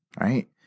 right